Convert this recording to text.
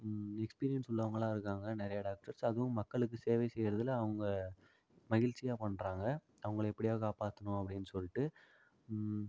experience உள்ளவங்களாக இருக்காங்கள் நிறைய டாக்டர்ஸ் அதுவும் மக்களுக்கு சேவை செய்கிறதுல அவங்க மகிழ்ச்சியாக பண்ணுறாங்க அவங்கள எப்படியாவது காப்பாற்றணும் அப்படின்னு சொல்லிட்டு